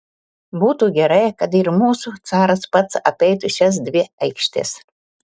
būtų gerai kad ir mūsų caras pats apeitų šias dvi aikštes